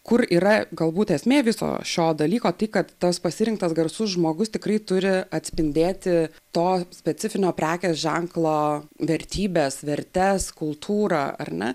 kur yra galbūt esmė viso šio dalyko tai kad tas pasirinktas garsus žmogus tikrai turi atspindėti to specifinio prekės ženklo vertybes vertes kultūrą ar ne